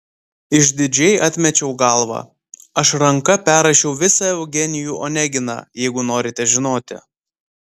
išdidžiai atmečiau galvą aš ranka perrašiau visą eugenijų oneginą jeigu norite žinoti